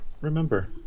remember